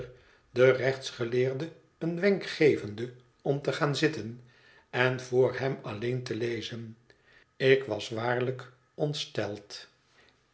den rechtsgeleerde een wenk gevende om te gaan zitten en voor hem alleen te lezen ik was waarlijk ontsteld